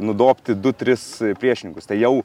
nudobti du tris priešininkus tai jau